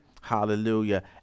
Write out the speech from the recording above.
hallelujah